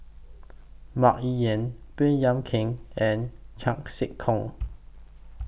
Mah Li Lian Baey Yam Keng and Chan Sek Keong